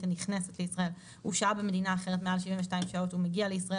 הנכנסת לישראל הוא שהה במדינה אחרת מעל 72 שעות ומגיע לישראל